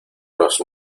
los